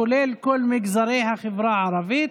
כולל כל מגזרי החברה הערבית.